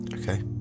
Okay